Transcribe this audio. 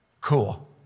Cool